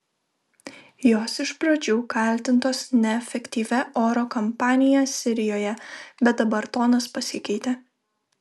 jos iš pradžių kaltintos neefektyvia oro kampanija sirijoje bet dabar tonas pasikeitė